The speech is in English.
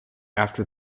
after